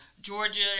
Georgia